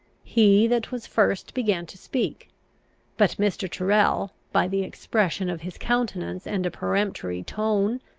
he that was first began to speak but mr. tyrrel, by the expression of his countenance and a peremptory tone,